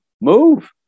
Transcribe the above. move